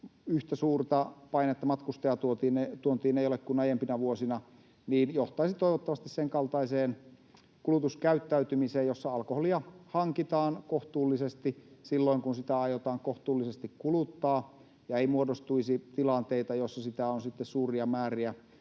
yhtä suurta painetta matkustajatuontiin kuin aiempina vuosina, johtaisi toivottavasti senkaltaiseen kulutuskäyttäytymiseen, jossa alkoholia hankitaan kohtuullisesti silloin, kun sitä aiotaan kohtuullisesti kuluttaa, ja ei muodostuisi tilanteita, joissa sitä on sitten suuria määriä